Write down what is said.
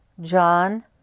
John